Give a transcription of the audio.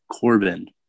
Corbin